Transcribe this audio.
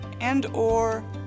and/or